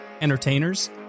entertainers